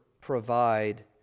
provide